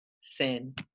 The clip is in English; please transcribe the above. sin